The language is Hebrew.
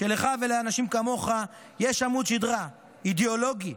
שלך ולאנשים כמוך יש עמוד שדרה אידיאולוגי,